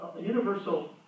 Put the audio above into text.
universal